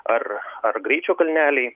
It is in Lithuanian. ar ar greičio kalneliai